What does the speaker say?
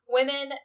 Women